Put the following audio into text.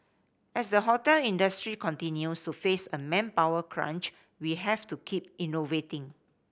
as the hotel industry continue surface a manpower crunch we have to keep innovating